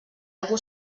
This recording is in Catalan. algú